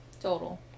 Total